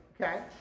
Okay